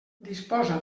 disposa